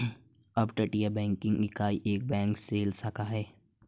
अपतटीय बैंकिंग इकाई एक बैंक शेल शाखा है